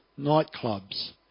nightclubs